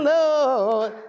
Lord